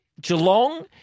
Geelong